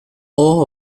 all